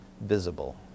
visible